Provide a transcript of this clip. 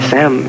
Sam